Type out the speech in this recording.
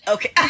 Okay